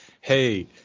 hey